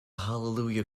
hallelujah